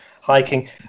hiking